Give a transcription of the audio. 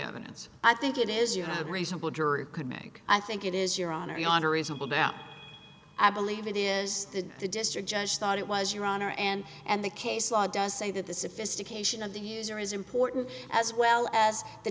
evidence i think it is you have a reasonable jury could make i think it is your honor your honor reasonable doubt i believe it is the district judge thought it was your honor and and the case law does say that the sophistication of the user is important as well as the